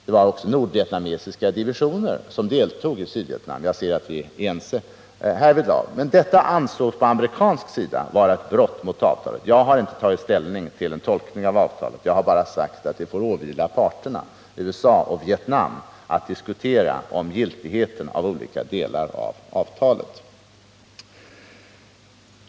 Det var också nordvietnamesiska divisioner som deltog i Sydvietnam. Jag ser nu att vi är ense härvidlag, men detta ansågs från amerikansk sida vara ett brott mot avtalet. Jag har inte tagit ställning till en tolkning av avtalet. Jag har bara sagt att det får åvila parterna USA och Vietnam att diskutera om giltigheten av olika delar av avtalet.